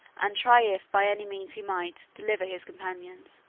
and try if by any means he might deliver his companions.